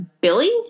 Billy